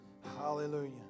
Hallelujah